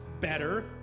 better